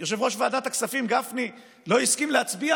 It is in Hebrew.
יושב-ראש ועדת הכספים גפני לא הסכים להצביע